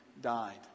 died